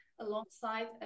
alongside